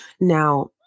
Now